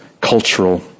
cultural